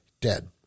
dead